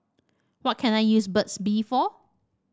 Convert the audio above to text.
what can I use Burt's Bee for